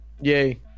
Yay